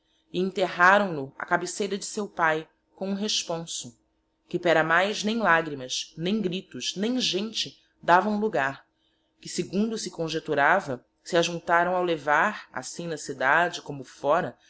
e enterraraõ no á cabeceira de seu pai com hum responso que pera mais nem lagrimas nem gritos nem gente davaõ lugar que segundo se conjeiturava se ajuntáraõ ao levar assim na cidade como fora